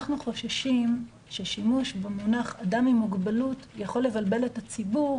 אנחנו חוששים שהשימוש במונח "אדם עם מוגבלות" יכול לבלבל את הציבור